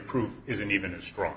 proof isn't even a strong